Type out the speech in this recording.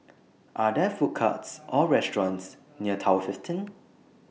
Are There Food Courts Or restaurants near Tower fifteen